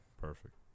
Perfect